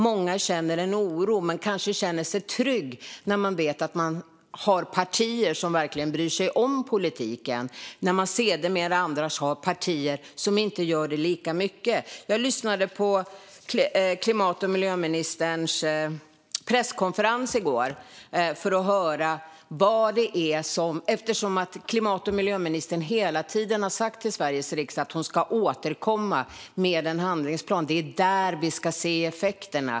Många känner en oro, men man kanske ändå känner sig trygg när man vet att det finns partier som verkligen bryr sig om klimatpolitiken även om man ser att det finns andra partier som inte gör det i lika hög grad. Jag lyssnade på klimat och miljöministerns presskonferens i går. Klimat och miljöministern har ju hela tiden sagt till Sveriges riksdag att hon ska återkomma med en handlingsplan och att det är där vi ska se effekterna.